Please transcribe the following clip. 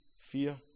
fear